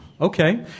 okay